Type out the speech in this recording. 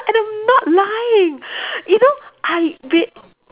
and I'm not lying you know I v~